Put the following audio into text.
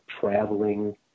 traveling